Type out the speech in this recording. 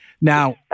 Now